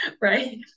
right